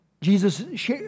Jesus